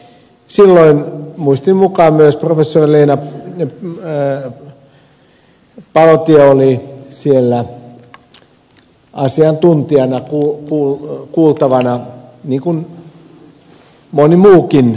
silloin muistini mukaan myös professori leena palotie oli siellä asiantuntijana kuultavana niin kuin moni muukin tutkija